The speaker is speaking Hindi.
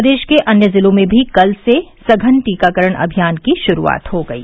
प्रदेश के अन्य जिलों में भी कल से सघन टीकाकरण अभियान की शुरूआत हो गयी